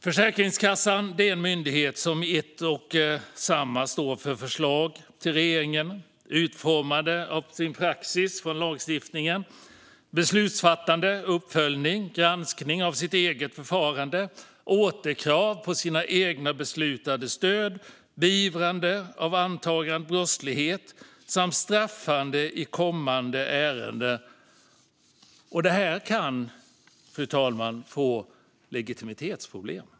Försäkringskassan är en myndighet som i ett och samma står för förslag till regeringen, utformande av praxis utifrån lagstiftning, beslutsfattande, uppföljning, granskning av sitt eget förfarande, återkrav av egna beslutade stöd, beivrande av antagen brottslighet och straffande i kommande ärenden. Detta kan leda till legitimitetsproblem.